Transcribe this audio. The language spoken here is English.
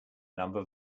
number